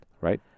Right